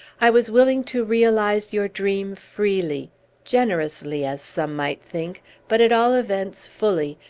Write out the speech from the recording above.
i was willing to realize your dream freely generously, as some might think but, at all events, fully,